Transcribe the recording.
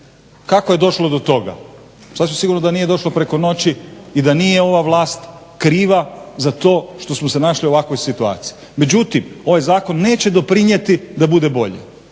Kako je došlo do toga? Sasvim sigurno da nije došlo preko noći i da nije ova vlas kriva za to što smo se našli u ovakvoj situaciji. Međutim, ovaj zakon neće doprinijeti da bude bolje,